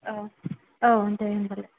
औ औ दे होमबालाय